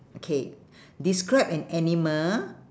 okay describe an animal